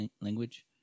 language